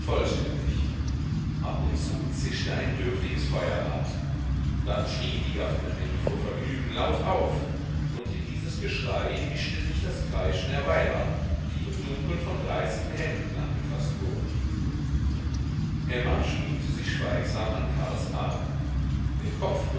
vollständig ab und zu zischte ein dürftiges feuerrad dann schrie die gaffende menge vor vergnügen laut auf und in dieses geschrei mischte sich das kreischen der weiber die im dunkeln von dreisten händen angefaßt wurden emma schmiegte sich schweigsam an karls arm den kopf